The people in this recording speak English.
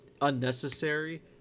unnecessary